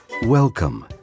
Welcome